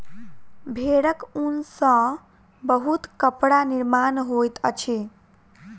भेड़क ऊन सॅ बहुत कपड़ा निर्माण होइत अछि